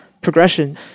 progression